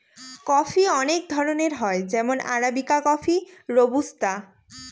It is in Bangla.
কফি অনেক ধরনের হয় যেমন আরাবিকা কফি, রোবুস্তা